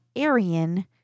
Aryan